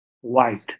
White